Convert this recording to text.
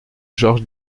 georges